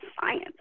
science